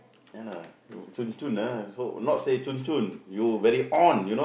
ya lah you chun chun ah also not say chun chun you very on you know